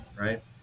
right